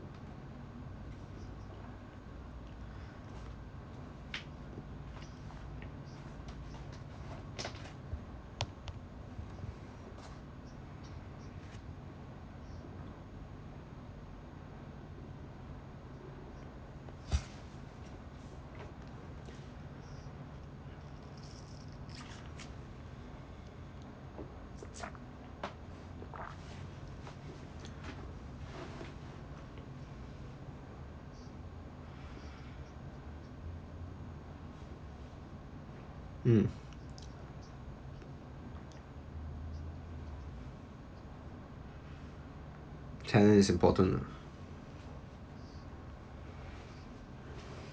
mm talent is important ah